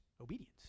obedience